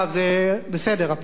זה בסדר הפעם,